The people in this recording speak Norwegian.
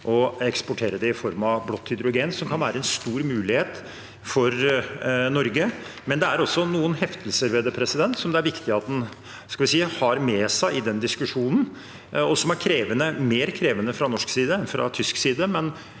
og eksportere det i form av blått hydrogen, som kan være en stor mulighet for Norge. Det er også noen heftelser ved det, som det er viktig at en har med seg i den diskusjonen, og som er krevende – mer krevende fra norsk side enn fra tysk side.